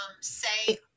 say